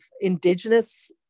Indigenous